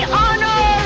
honor